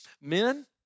Men